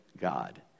God